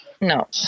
no